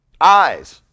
eyes